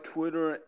Twitter